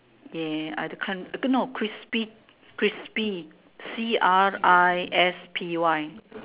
ya I can't no crispy crispy C R I S P Y